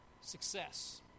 success